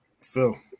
Phil